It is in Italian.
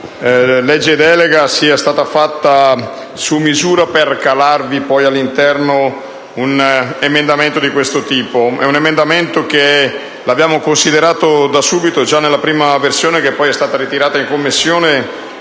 legge delega sia stata fatta su misura per calarvi all'interno un emendamento di questo tipo. Un emendamento che abbiamo considerato subito, già nella prima versione che poi è stata ritirata in Commissione,